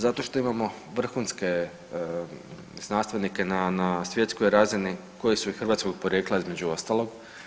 Zato što imamo vrhunske znanstvenike na, na svjetskoj razini koji su i hrvatskog porijekla između ostalog.